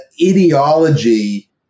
ideology